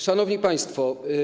Szanowni Państwo!